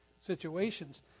situations